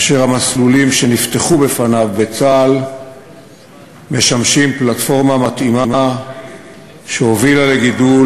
והמסלולים שנפתחו בצה”ל משמשים פלטפורמה מתאימה שהובילה לגידול